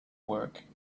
work